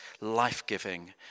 life-giving